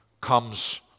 comes